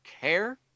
care